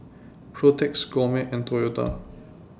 Protex Gourmet and Toyota